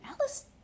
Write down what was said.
alice